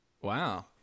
Wow